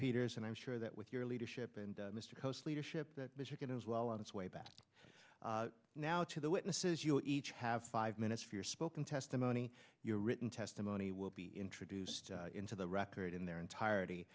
peters and i'm sure that with your leadership and mr coast leadership that michigan is well on its way back now to the witnesses you each have five minutes for your spoken testimony your written testimony will be introduced into the record in their entirety